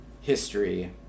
history